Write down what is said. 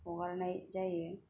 हगारनाय जायो